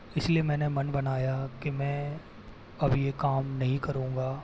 इसलिए मैंने मन बनाया कि मैं अब ये काम नहीं करूँगा